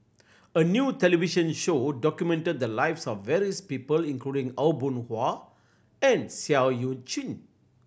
a new television show documented the lives of various people including Aw Boon Haw and Seah Eu Chin